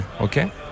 okay